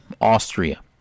austria